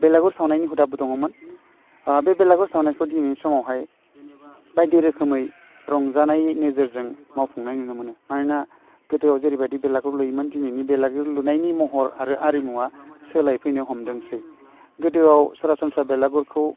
बेलागुर सावनायनि हुदाबो दङमोन बे बेलागुर सावनायखौ दिनैनि समावहाय बायदि रोखोमै रंजानायै नोजोरजों मावफुंनाय नुनो मोनो मानोना गोदोआव जेरैबायदि बेलागुर लुयोमोन दिनैनि बेलागुर लुनायनि महर आरो आरिमुवा सोलायफैनो हमदोंसै गोदोआव सरासनस्रा बेलागुरखौ